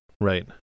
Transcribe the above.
right